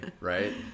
right